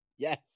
Yes